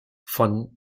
von